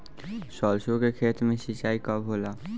सरसों के खेत मे सिंचाई कब होला?